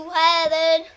heaven